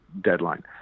deadline